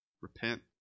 Repent